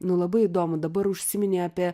nu labai įdomu dabar užsiminei apie